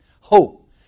Hope